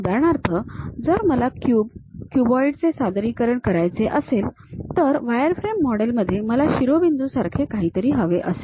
उदाहरणार्थ जर मला क्यूब क्यूबॉइड चे सादरीकरण करायचे असेल तर वायरफ्रेम मॉडेलमध्ये मला शिरोबिंदू सारखे काहीतरी हवे असेल